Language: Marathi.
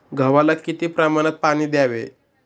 गव्हाला किती प्रमाणात पाणी द्यावे?